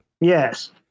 yes